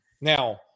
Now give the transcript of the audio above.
Now